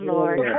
Lord